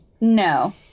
No